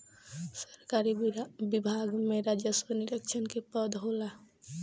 सरकारी विभाग में राजस्व निरीक्षक के पद होला